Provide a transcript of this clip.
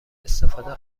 استفاده